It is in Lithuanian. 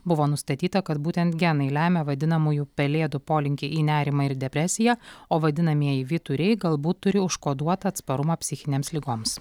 buvo nustatyta kad būtent genai lemia vadinamųjų pelėdų polinkį į nerimą ir depresiją o vadinamieji vyturiai galbūt turi užkoduotą atsparumą psichinėms ligoms